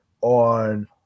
on